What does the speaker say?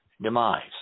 demise